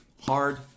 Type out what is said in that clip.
hard